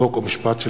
חוק ומשפט.